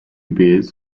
beers